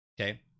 okay